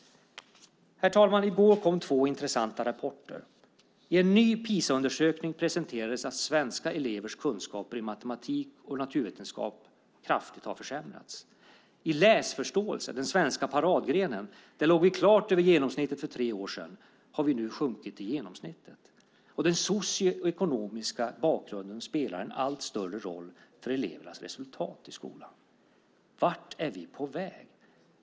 Herr talman! I går kom två intressanta rapporter. I en ny PISA-undersökning presenterades att svenska elevers kunskaper i matematik och naturvetenskap kraftigt har försämrats. I läsförståelse, den svenska paradgrenen där vi för tre år sedan låg klart över genomsnittet, har vi nu sjunkit till genomsnittet. Den socioekonomiska bakgrunden spelar också en allt större roll för elevernas resultat i skolan. Vart är vi på väg?